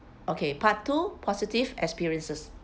okay part two positive experiences